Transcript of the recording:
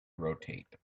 rotate